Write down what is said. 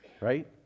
right